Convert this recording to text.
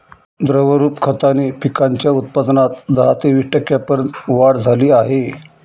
द्रवरूप खताने पिकांच्या उत्पादनात दहा ते वीस टक्क्यांपर्यंत वाढ झाली आहे